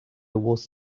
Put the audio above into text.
was